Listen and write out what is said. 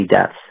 deaths